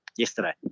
Yesterday